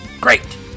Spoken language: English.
great